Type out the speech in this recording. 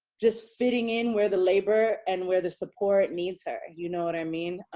just fitting in where the labor, and where the support needs her. you know what i mean?